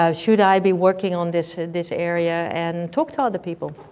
ah should i be working on this this area? and talk to other people.